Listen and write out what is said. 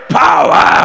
power